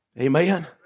amen